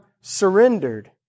surrendered